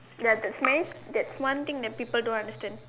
you have to sneeze that's one thing that people don't understand